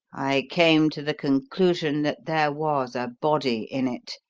i came to the conclusion that there was a body in it,